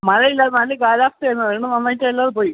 മഴയില്ല നല്ല കാലാവസ്ഥയായിരുന്നു അതുകൊണ്ട് നന്നായിട്ടെല്ലാവരും പോയി